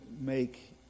make